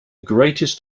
greatest